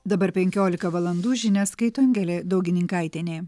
dabar penkiolika valandų žinias skaito angelė daugininkaitienė